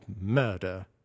murder